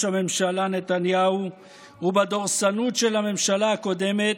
הממשלה נתניהו ובדורסנות של הממשלה הקודמת,